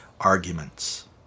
arguments